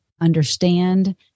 understand